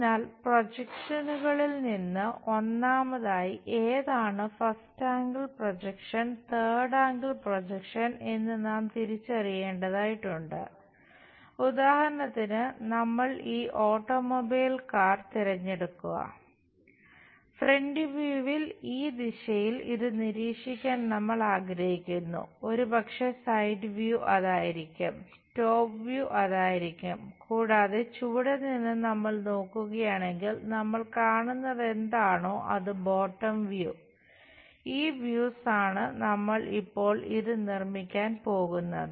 അതിനാൽ പ്രൊജക്ഷനുകളിൽ ആണ് നമ്മൾ ഇപ്പോൾ ഇത് നിർമ്മിക്കാൻ പോകുന്നത്